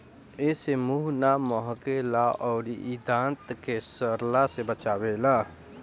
एसे मुंह ना महके ला अउरी इ दांत के सड़ला से बचावेला